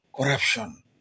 Corruption